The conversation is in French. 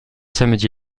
samedi